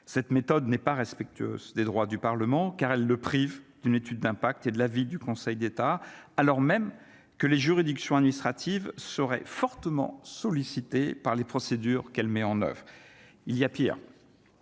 cette méthode n'est pas respectueuse des droits du Parlement car elle le prive d'une étude d'impact et de l'avis du Conseil d'État, alors même que les juridictions administratives seraient fortement sollicités par les procédures qu'elle met en oeuvre il y a pire